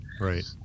right